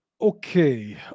Okay